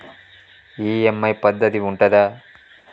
EMI పద్ధతి ఉంటదా?